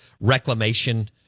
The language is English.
reclamation